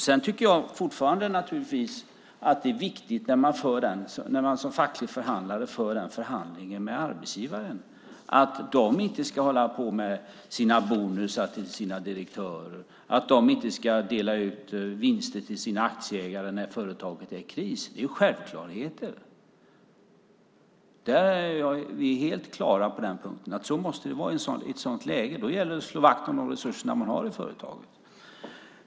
Sedan tycker jag fortfarande naturligtvis att det är viktigt, när man som facklig förhandlare förhandlar med arbetsgivaren, att de inte ska hålla på med sina bonusar till sina direktörer och att de inte ska dela ut vinster till sina aktieägare när företaget är i kris. Det är självklarheter. Vi är helt klara på den punkten. Så måste det vara i ett sådant läge. Då gäller det att slå vakt om de resurser man har i företaget.